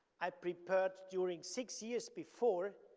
i prepared during six years before,